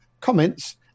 comments